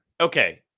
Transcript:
okay